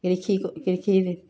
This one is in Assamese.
কৃষি কৃষিৰ